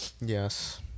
Yes